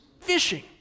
fishing